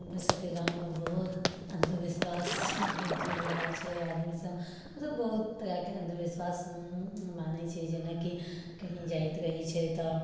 हमरसभके गाममे बहुत अंधविश्वास मे जीवि रहल छै आदमीसभ मतलब बहुत तरहके अंधविश्वास मानै छै जेनाकि कहीँ जाइत रहै छै तऽ